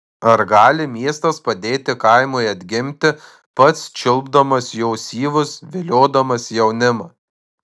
ar gali miestas padėti kaimui atgimti pats čiulpdamas jo syvus viliodamas jaunimą